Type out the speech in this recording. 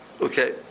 Okay